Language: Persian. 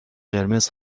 قرمز